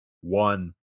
one